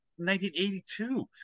1982